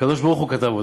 הקדוש-ברוך-הוא כתב אותם.